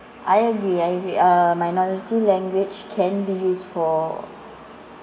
I agree I agree uh minority language can be used for